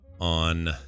on